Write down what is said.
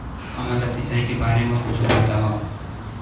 हमन ला सिंचाई के बारे मा कुछु बतावव?